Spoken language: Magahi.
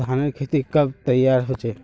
धानेर खेती कब तैयार होचे?